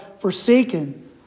forsaken